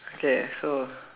okay so